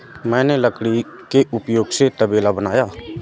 मैंने लकड़ी के उपयोग से तबेला बनाया